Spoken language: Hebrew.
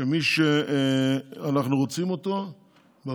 שמי שאנחנו רוצים אותו בוועדה,